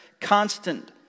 Constant